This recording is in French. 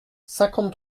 cinquante